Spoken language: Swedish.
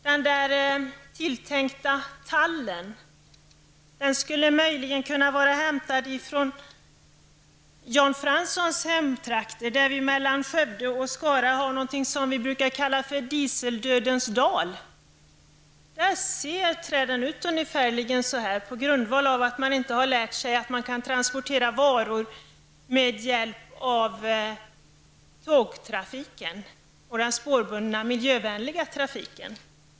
Den tilltänkta tallen, tallplantan som står bredvid, skulle möjligen kunna vara hämtad från Jan Franssons hemtrakter. Mellan Skövde och Skara finns något som vi brukar kalla för dieseldödens dal. Där ser träden ut ungefär så här på grund av att man inte har lärt sig att varor kan transporteras med tåg, den spårbundna miljövänliga trafiken.